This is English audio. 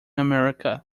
america